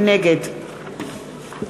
נגד